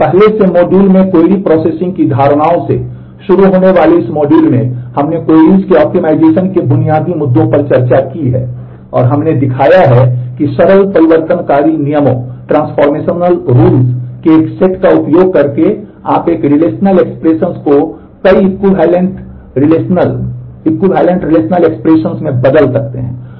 इसलिए पहले से मॉड्यूल में क्वेरी प्रोसेसिंग की धारणाओं से शुरू होने वाले इस मॉड्यूल में हमने क्वेरीज में बदल सकते हैं